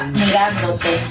mirándote